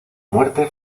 muerte